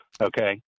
Okay